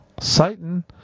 Satan